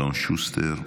אלון שוסטר,